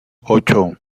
ocho